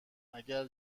اگر